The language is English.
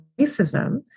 racism